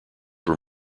were